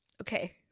Okay